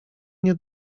nie